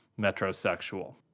metrosexual